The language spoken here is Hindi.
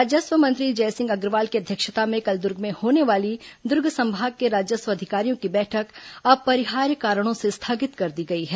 राजस्व मंत्री जयसिंह अग्रवाल की अध्यक्षता में कल दुर्ग में होने वाली दुर्ग संभाग के राजस्व अधिकारियों की बैठक अपरिहार्य कारणों से स्थगित कर दी गई है